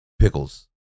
pickles